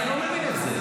אני לא מבין את זה.